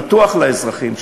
פתוח לאזרחים,